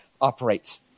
operates